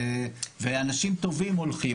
ואנשים טובים הולכים.